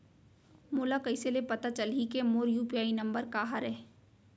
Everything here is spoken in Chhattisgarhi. मोला कइसे ले पता चलही के मोर यू.पी.आई नंबर का हरे?